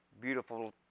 beautiful